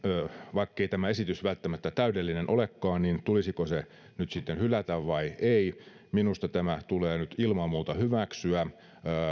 vaikkei tämä esitys välttämättä täydellinen olekaan niin tulisiko se nyt sitten hylätä vai ei minusta tämä tulee nyt ilman muuta hyväksyä